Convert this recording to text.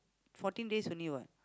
fourteen days only what